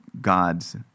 God's